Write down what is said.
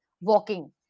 walking